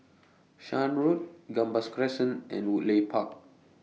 Shan Road Gambas Crescent and Woodleigh Park